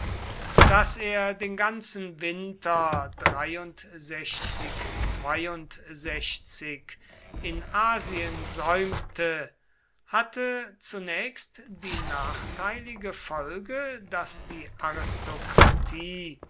daß er den ganzen winter in asien säumte hatte zunächst die nachteilige folge daß die aristokratie